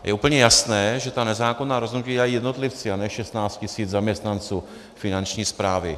Je úplně jasné, že ta nezákonná rozhodnutí dělají jednotlivci a ne 16 tisíc zaměstnanců Finanční správy.